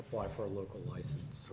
apply for a local license